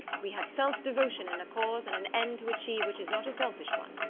we have self-devotion in a cause, and an end to achieve which is not a selfish one.